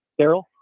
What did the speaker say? Daryl